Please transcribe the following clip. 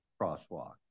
crosswalk